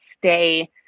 stay